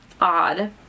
Odd